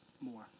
more